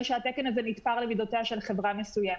שהתקן הזה נתפר למידותיה של חברה מסוימת.